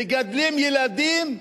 מגדלים ילדים,